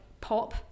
pop